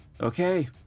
Okay